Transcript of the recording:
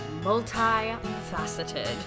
multifaceted